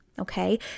Okay